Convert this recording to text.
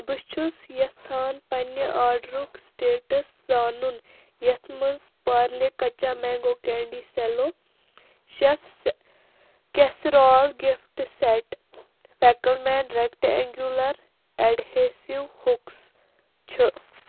بہٕ چھُس یَژھان پنٕنہِ آرڈرُک سِٹیٹس زانُن یتھ مَنٛز Parle kaccha mango candy Cello chef casserole gift set فیکل مین ریٚکٹہٕ اٮ۪نگیٛوٗلَر ایٚڈہیسیٛوٗ ہُکُس چھُ